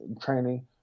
training